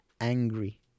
angry